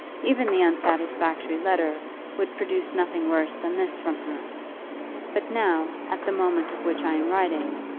even the unsatisfactory letter would produce nothing worse than this from her but now, at the moment of which i am writing,